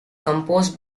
composed